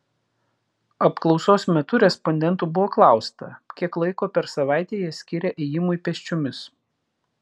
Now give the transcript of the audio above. apklausos metu respondentų buvo klausta kiek laiko per savaitę jie skiria ėjimui pėsčiomis